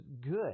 good